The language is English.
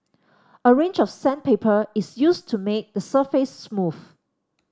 a range of sandpaper is used to make the surface smooth